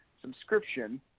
subscription